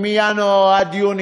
מינואר עד יוני,